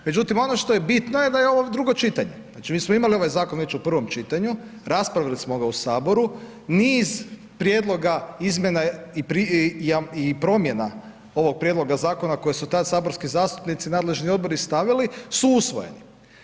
Međutim, ono što je bitno je, da je ovo drugo čitanje, znači, mi smo imali ovaj zakon već u prvom čitanju, raspravili smo ga u HS, niz prijedloga, izmjena i promjena ovog prijedloga zakona koji su tad saborski zastupnici i nadležni Odbori stavili, su usvojeni.